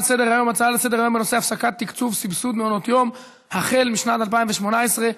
שבעה תומכים, אין מתנגדים, אין נמנעים.